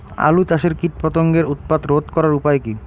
আলু চাষের কীটপতঙ্গের উৎপাত রোধ করার উপায় কী?